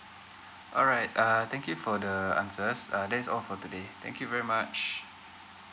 alright uh thank you for the answers uh that's all for today thank you very much